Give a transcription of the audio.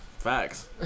facts